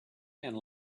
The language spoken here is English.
and